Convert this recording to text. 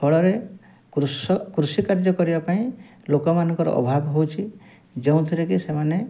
ଫଳରେ କୃଷି କାର୍ଯ୍ୟ କରିବା ପାଇଁ ଲୋକମାନଙ୍କର ଅଭାବ ହେଉଛି ଯେଉଁଥିରେ କି ସେମାନେ